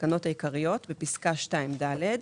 לתקנות העיקריות, בפסקה (2)(ד),